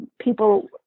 people